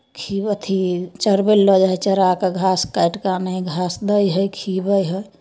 खि अथि चरबै लए लऽ जाइ हइ चरा कऽ घास काटि कऽ आनै हइ घास दै हइ खिअबै हइ